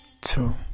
two